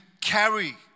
carry